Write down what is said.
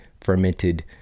fermented